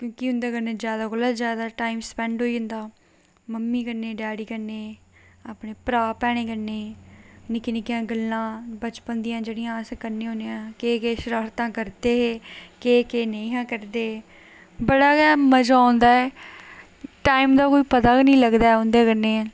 क्योंकि उं'दे कन्नै जैदा कोला जैदा टाइम सपैंड होई जंदा मम्मी कन्नै डैडी कन्नै अपने भ्रा भैनें कन्नै निक्कियां निक्कियां गल्लां बचपन दियां जेहड़ियां अस करने होन्ने आं केह् केह् शरारतां करदे हे केह् केह् नेईं हे करदे बड़ा गै मजा औंदा ऐ टाइम दा कोई पता गै नेईं लगदा ऐ उं'दे कन्नै